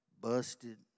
Busted